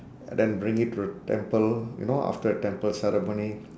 and then bring it to the temple you know after the temple ceremony